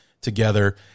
together